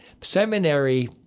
seminary